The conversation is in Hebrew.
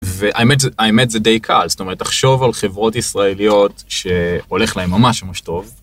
והאמת זה די קל, זאת אומרת, תחשוב על חברות ישראליות שהולך להן ממש ממש טוב.